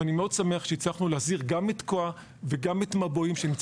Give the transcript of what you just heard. ואני מאוד שמח שהצלחנו להחזיר גם את תקוע וגם את מבועים,